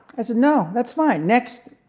i said no, that's fine. next.